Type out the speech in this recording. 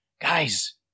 guys